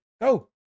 Go